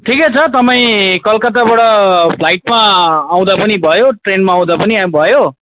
ठिकै छ तपाईँ कतकत्ताबाट फ्लाइटमा आउँदा पनि भयो ट्रेनमा आउँदा पनि भयो